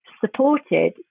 supported